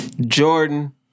Jordan